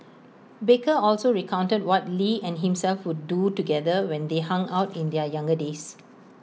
baker also recounted what lee and himself would do together when they hung out in their younger days